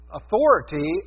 authority